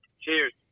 Cheers